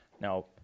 Now